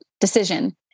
decision